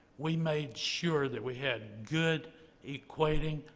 we made sure that we had good equating,